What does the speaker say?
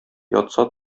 ятса